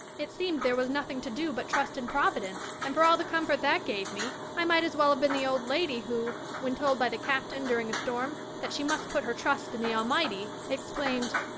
it seemed there was nothing to do but trust in providence, and for all the comfort that gave me i might as well have been the old lady who, when told by the captain during a storm that she must put her trust in the almighty exclaimed,